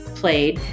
played